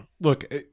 Look